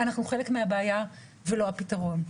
אנחנו חלק מהבעיה ולא הפתרון,